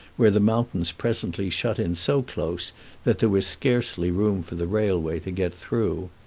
where the mountains presently shut in so close that there was scarcely room for the railway to get through.